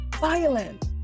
violent